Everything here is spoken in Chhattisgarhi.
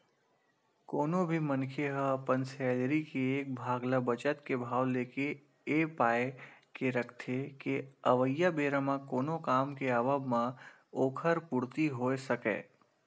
कोनो भी मनखे ह अपन सैलरी के एक भाग ल बचत के भाव लेके ए पाय के रखथे के अवइया बेरा म कोनो काम के आवब म ओखर पूरति होय सकय